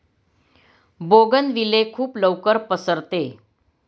bougainvillea खूप लवकर पसरते